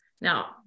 Now